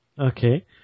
Okay